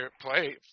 play